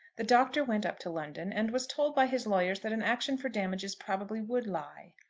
the doctor went up to london, and was told by his lawyers that an action for damages probably would lie.